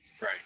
Right